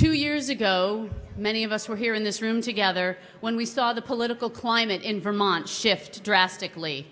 two years ago many of us were here in this room together when we saw the political climate in vermont shifted drastically